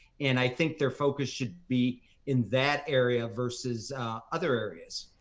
and i think their focus should be in that area versus other areas.